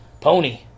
pony